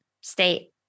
state